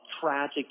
tragic